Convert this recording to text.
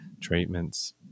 treatments